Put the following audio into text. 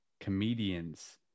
comedians